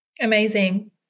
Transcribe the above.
Amazing